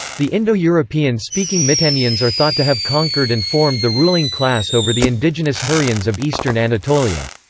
the indo-european-speaking mitannians are thought to have conquered and formed the ruling class over the indigenous hurrians of eastern anatolia.